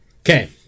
Okay